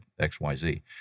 XYZ